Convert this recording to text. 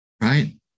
Right